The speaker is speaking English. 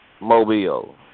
Mobile